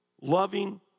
loving